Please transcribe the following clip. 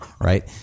right